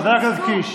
חבר הכנסת קיש.